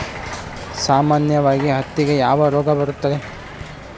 ಸಾಮಾನ್ಯವಾಗಿ ಹತ್ತಿಗೆ ಯಾವ ರೋಗ ಬರುತ್ತದೆ?